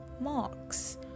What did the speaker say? marks